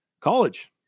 college